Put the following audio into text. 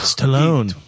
Stallone